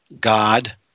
God